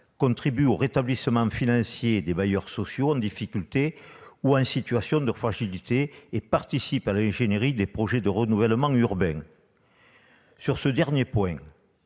contribue au rétablissement financier des bailleurs sociaux en difficulté ou en situation de fragilité et participe à l'ingénierie des projets de renouvellement urbain. Sur ce dernier point,